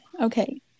Okay